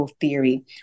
theory